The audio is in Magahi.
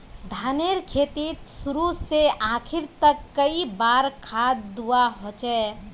धानेर खेतीत शुरू से आखरी तक कई बार खाद दुबा होचए?